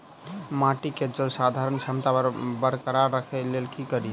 माटि केँ जलसंधारण क्षमता बरकरार राखै लेल की कड़ी?